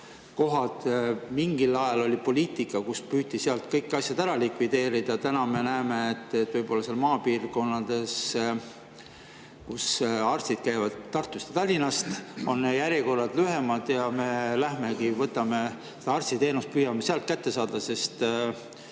kohad. Mingil ajal oli poliitika, et püüti seal kõik asjad ära likvideerida. Täna me näeme, et võib-olla seal maapiirkondades, kuhu arstid käivad Tartust ja Tallinnast, on järjekorrad lühemad ja me lähemegi ja püüame seda teenust sealt saada, sest